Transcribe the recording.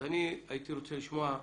אז אני הייתי רוצה לשמוע.